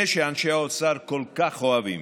זה שאנשי האוצר כל כך אוהבים,